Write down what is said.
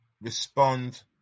Respond